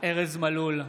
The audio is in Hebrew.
ארז מלול,